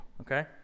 okay